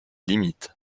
limites